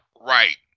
Right